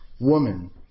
Woman